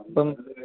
അപ്പം